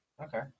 Okay